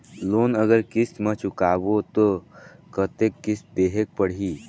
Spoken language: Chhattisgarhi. लोन अगर किस्त म चुकाबो तो कतेक किस्त देहेक पढ़ही?